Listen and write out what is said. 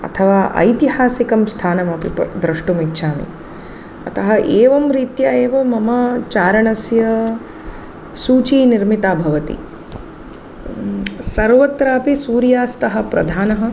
अथवा ऐतिहासिकं स्थानमपि प द्रष्टुमिच्छामि अतः एवं रीत्या एव मम चारणस्य सूची निर्मिता भवति सर्वत्रापि सूर्यास्तः प्रधानः